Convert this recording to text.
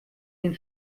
den